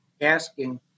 asking